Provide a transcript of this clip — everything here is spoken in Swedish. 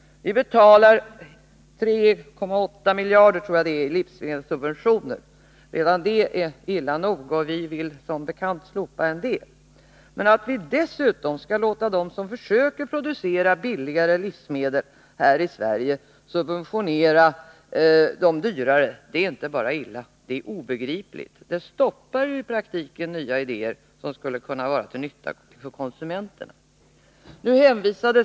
Vi betalar jag tror det är 3,8 miljarder i livsmedelssubventioner. Redan det är illa nog, och vi vill som bekant slopa en del. Men att vi dessutom skall låta dem som försöker producera billigare livsmedel här i Sverige subventionera de dyrare, det är inte bara illa, utan det är obegripligt. Det stoppar ju i praktiken nya idéer, som skulle kunna vara till nytta för konsumenterna.